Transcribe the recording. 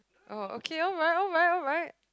oh okay alright alright alright